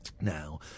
now